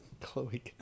Chloe